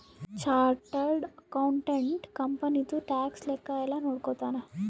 chartered accountant ಕಂಪನಿದು tax ಲೆಕ್ಕ ಯೆಲ್ಲ ನೋಡ್ಕೊತಾನ